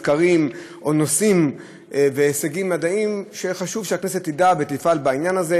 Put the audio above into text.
מחקרים או נושאים והישגים מדעיים שחשוב שהכנסת תדע ותפעל בעניין הזה.